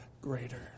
greater